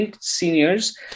Seniors